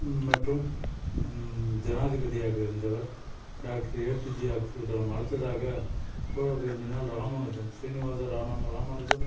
மற்றும் ஜனாதிபதியாக இருந்தவர் டாக்ட்ரு ஏ பி ஜே அப்துல்கலாம் அடுத்ததாக கோவை மினால் ராமானுஜம் ஸ்ரீனிவாச ராமானுஜம்